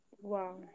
wow